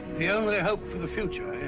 the only hope for the future,